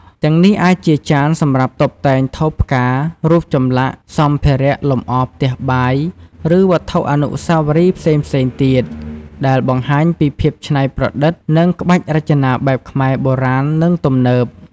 ទាំងនេះអាចជាចានសម្រាប់តុបតែង ថូផ្កា រូបចម្លាក់ សម្ភារៈលម្អផ្ទះបាយ ឬវត្ថុអនុស្សាវរីយ៍ផ្សេងៗទៀត ដែលបង្ហាញពីភាពច្នៃប្រឌិត និងក្បាច់រចនាបែបខ្មែរ បុរាណ និងទំនើប។